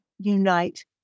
unite